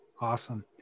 Awesome